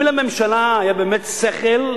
אם לממשלה היה באמת שכל,